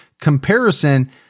comparison